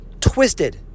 twisted